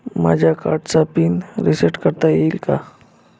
माझ्या कार्डचा PIN reset करता येईल का?